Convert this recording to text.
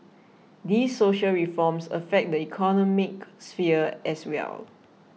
these social reforms affect the economic sphere as well